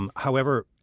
um however,